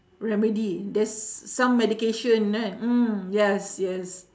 remedy there's some medication ah mm yes yes